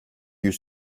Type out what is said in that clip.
yüz